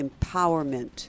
empowerment